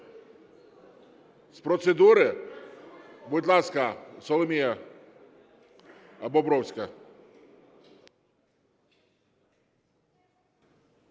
З процедури? Будь ласка, Соломія Бобровська.